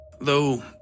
Though